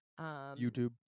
YouTube